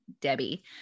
Debbie